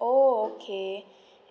oh okay